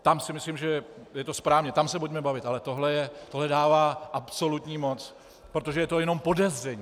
Tam si myslím, že je to správně, o tom se pojďme bavit, ale tohle dává absolutní moc, protože je to jenom podezření.